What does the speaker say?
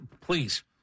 please